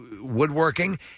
woodworking